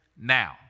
now